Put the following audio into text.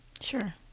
sure